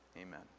amen